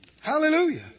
Hallelujah